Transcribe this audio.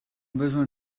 besoin